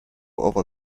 over